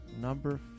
number